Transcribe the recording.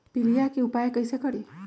पीलिया के उपाय कई से करी?